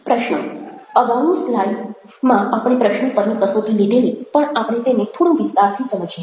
પ્રશ્નો અગાઉની સ્લાઈડ માં આપણે પ્રશ્નો પરની કસોટી લીધેલી પણ આપણે તેને થોડું વિસ્તારથી સમજીએ